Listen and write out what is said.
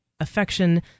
Affection